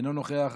אינו נוכח.